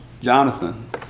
Jonathan